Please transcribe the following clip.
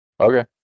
Okay